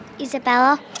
Isabella